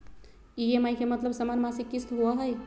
EMI के मतलब समान मासिक किस्त होहई?